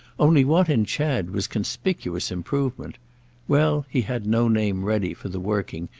only what in chad was conspicuous improvement well, he had no name ready for the working,